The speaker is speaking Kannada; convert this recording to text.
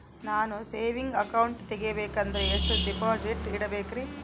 ನಾನು ಸೇವಿಂಗ್ ಅಕೌಂಟ್ ತೆಗಿಬೇಕಂದರ ಎಷ್ಟು ಡಿಪಾಸಿಟ್ ಇಡಬೇಕ್ರಿ?